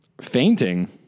Fainting